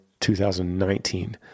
2019